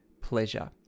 pleasure